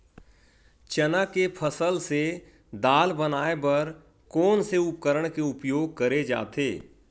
चना के फसल से दाल बनाये बर कोन से उपकरण के उपयोग करे जाथे?